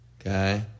Okay